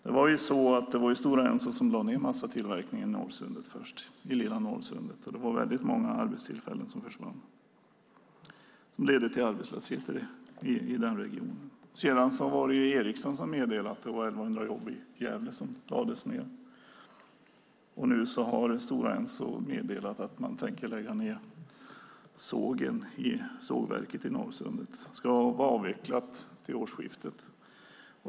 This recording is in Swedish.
Först lade Stora Enso ned massatillverkningen i lilla Norrsundet. Det var väldigt många arbetstillfällen som försvann. Det ledde till arbetslöshet i den regionen. Sedan meddelande Ericsson att 1 100 jobb i Gävle skulle försvinna. Nu har Stora Enso meddelat att man tänker lägga ned sågverket i Norrsundet. Det ska vara avvecklat till årsskiftet.